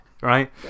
right